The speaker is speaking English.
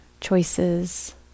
choices